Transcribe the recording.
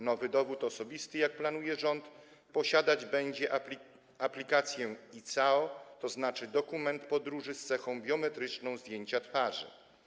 Nowy dowód osobisty, jak planuje rząd, posiadać będzie aplikację ICAO, tzn. dokument podróży z cechą biometryczną zdjęcia twarzy.